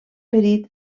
ferit